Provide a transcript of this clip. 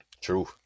True